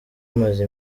maze